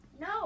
No